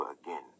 again